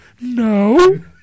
No